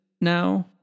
now